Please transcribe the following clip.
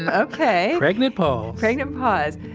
and okay pregnant pause! pregnant pause.